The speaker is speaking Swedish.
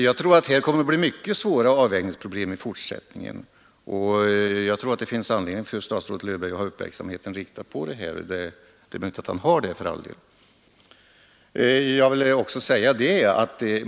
Jag tror att det kommer att bli mycket svåra avvägningsproblem i fortsättningen, och jag tror att det finns anledning för statsrådet Löfberg att ha uppmärksamheten riktad på dem — det är möjligt att han redan har det.